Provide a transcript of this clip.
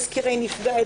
תסקירי נפגע,